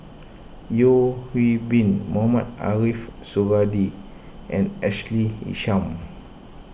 Yeo Hwee Bin Mohamed Ariff Suradi and Ashley Isham